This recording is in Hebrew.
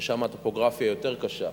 ששם הטופוגרפיה היא יותר קשה,